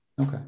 Okay